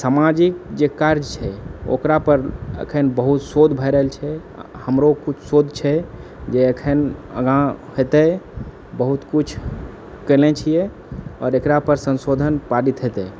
सामाजिक जे कार्य छै ओकरापर अखनि बहुत शोध भए रहलछै हमरो किछु शोध छै जे अखनि आगाँ हेतए बहुत किछु केने छिए और एकरापर संशोधन पारित हेतय